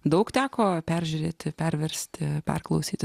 daug teko peržiūrėti perversti perklausyti